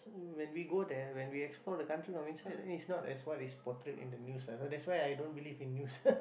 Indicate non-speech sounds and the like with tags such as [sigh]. when we go there when we explore the country from inside eh it's not as what is portrayed in the news ah so that's why I don't believe in news [laughs]